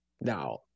Now